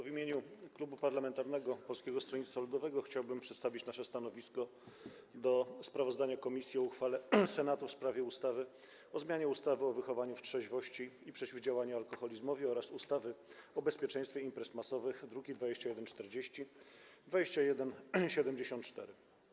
W imieniu Klubu Parlamentarnego Polskiego Stronnictwa Ludowego chciałbym przedstawić nasze stanowisko wobec sprawozdania komisji o uchwale Senatu w sprawie ustawy o zmianie ustawy o wychowaniu w trzeźwości i przeciwdziałaniu alkoholizmowi oraz ustawy o bezpieczeństwie imprez masowych, druki nr 2140, 2174.